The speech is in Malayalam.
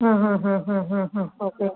ആ ആ ആ ആ ആ ആ ഓക്കെ